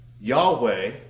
Yahweh